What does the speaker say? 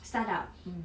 start up mm